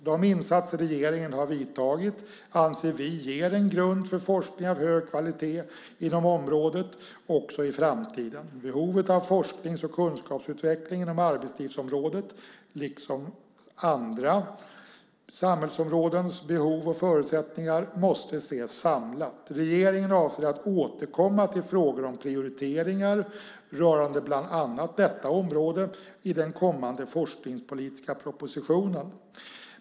De insatser regeringen har vidtagit anser vi ger en grund för forskning av hög kvalitet inom området också i framtiden. Behovet av forsknings och kunskapsutveckling inom arbetslivsområdet, liksom andra samhällsområdens behov och förutsättningar, måste ses samlat. Regeringen avser att återkomma till frågor om prioriteringar, rörande bland annat detta område, i den kommande forskningspolitiska propositionen.